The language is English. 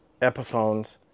Epiphones